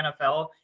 NFL